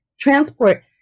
transport